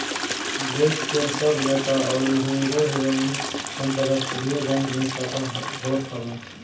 देस के सब नेता अउरी हीरो हीरोइन के अंतरराष्ट्रीय बैंक में खाता होत हअ